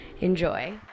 Enjoy